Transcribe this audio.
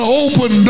open